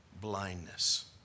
blindness